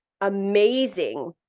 amazing